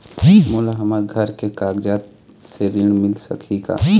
मोला हमर घर के कागजात से ऋण मिल सकही का?